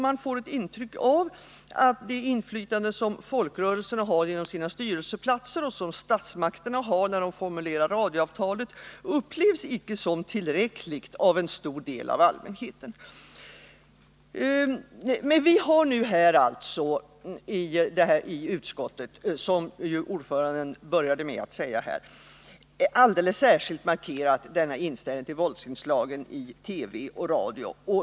Man får ett intryck av att det inflytande som folkrörelserna har genom sina styrelseplatser och det som statsmakterna har när de formulerar radioavtalet av en stor del av allmänheten icke upplevs som tillräckligt. Men vi har alltså i utskottet — som ordföranden började med att säga här — alldeles särskilt markerat denna inställning till våldsinslagen i TV och radio.